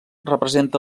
representa